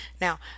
now